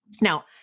Now